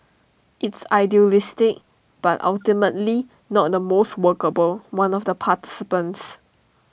it's idealistic but ultimately not the most workable one of the participants